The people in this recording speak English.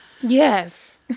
Yes